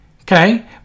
okay